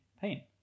pain